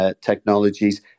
technologies